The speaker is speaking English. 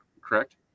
correct